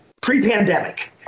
pre-pandemic